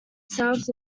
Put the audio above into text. south